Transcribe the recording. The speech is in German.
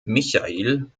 michail